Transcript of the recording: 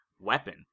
weapon